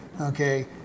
Okay